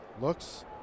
looks